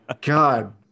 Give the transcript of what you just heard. God